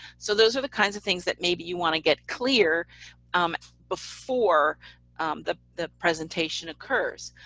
so those are the kinds of things that maybe you want to get clear um before the the presentation occurs.